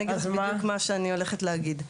אני אגיד לך בדיוק מה שאני הולכת להגיד.